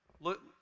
Look